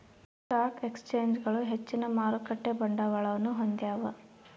stock ಎಕ್ಸ್ಚೇಂಜ್ಗಳು ಹೆಚ್ಚಿನ ಮಾರುಕಟ್ಟೆ ಬಂಡವಾಳವನ್ನು ಹೊಂದ್ಯಾವ